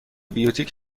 بیوتیک